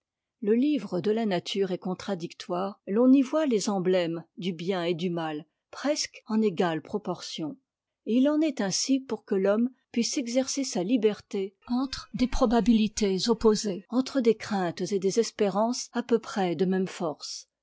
le livre de la nature est contradictoire l'on y voit les emblèmes du bien et du mal presque en égale proportion et il en est ainsi pour que l'homme puisse exercer sa liberté entre des probabilités opposées entre des craintes et des espérances à peu près de même force